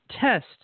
test